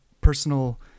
personal